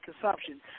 consumption